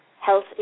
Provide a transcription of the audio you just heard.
health